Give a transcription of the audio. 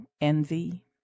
envy